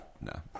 No